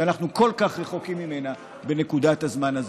שאנחנו כל כך רחוקים ממנה בנקודת הזמן הזאת.